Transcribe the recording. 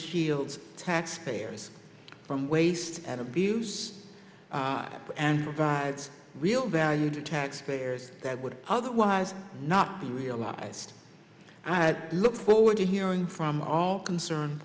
shield taxpayers from waste and abuse and provides real value to taxpayers that would otherwise not be realized i look forward to hearing from all concerned